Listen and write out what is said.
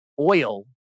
oil